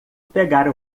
pegar